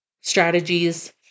strategies